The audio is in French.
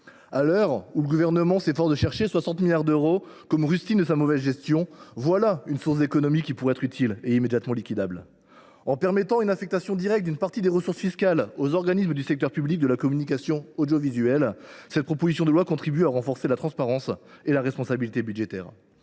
À l’heure où le Gouvernement s’efforce de chercher 60 milliards d’euros, comme rustine pour sa mauvaise gestion, voilà une source d’économie qui pourrait être utile et immédiatement liquidable ! En permettant l’affectation directe d’une partie des ressources fiscales aux organismes du secteur public de la communication audiovisuelle, cette proposition de loi organique contribue à renforcer la transparence et la responsabilité budgétaires.